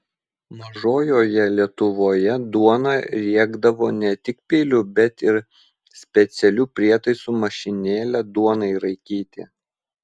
mažojoje lietuvoje duoną riekdavo ne tik peiliu bet ir specialiu prietaisu mašinėle duonai raikyti